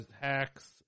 hacks